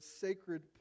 sacred